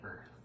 earth